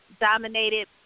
dominated